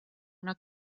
una